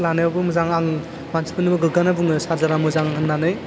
लानायावबो मोजां आं मानसिफोरनोबो गोग्गाना बुङो चार्जारा मोजां होननानै